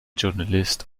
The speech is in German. journalist